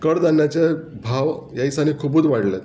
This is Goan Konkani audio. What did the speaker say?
कडधान्याचे भाव ह्या दिसांनी खुबूच वाडल्यात